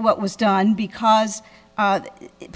what was done because